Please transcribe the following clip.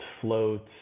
floats